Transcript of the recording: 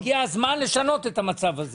הגיע הזמן לשנות את המצב הזה.